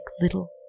little